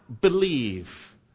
believe